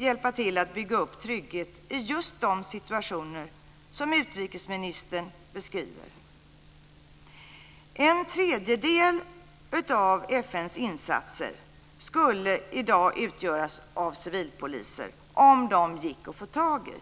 hjälpa till att bygga upp trygghet i just de situationer som utrikesministern beskriver. En tredjedel av FN:s insatser skulle i dag utgöras av civilpoliser, om de gick att få tag i.